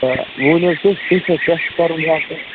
تہٕ وۅنۍ حظ تُہۍ تۅہہِ چھا ٹیٚسٹ کَرُن